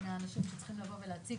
מהאנשים שצריכים לבוא ולהציג.